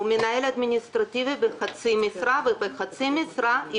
הוא מנהל אדמיניסטרטיבי בחצי משרה ואילו בחצי משרה,